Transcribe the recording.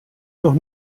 noch